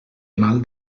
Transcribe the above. mal